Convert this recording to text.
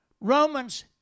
Romans